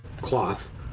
cloth